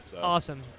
Awesome